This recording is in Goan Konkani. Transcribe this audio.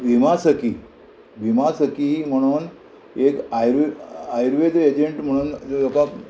विमा सकी विमा सकी म्हणून एक आयुर्वे आयुर्वेद एजंट म्हणून लोकाक